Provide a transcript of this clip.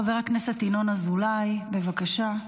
חבר הכנסת ינון אזולאי, בבקשה.